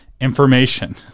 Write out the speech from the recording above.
information